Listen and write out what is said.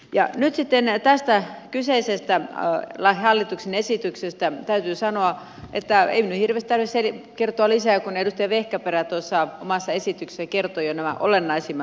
nyt sitten tästä kyseisestä hallituksen esityksestä täytyy sanoa että ei minun hirveästi tarvitse kertoa lisää kun edustaja vehkaperä tuossa omassa esityksessään kertoi jo nämä olennaisimmat asiat